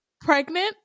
Pregnant